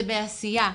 זה בעשייה.